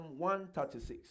136